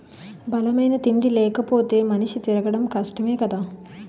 బలమైన తిండి లేపోతే మనిషి తిరగడం కష్టమే కదా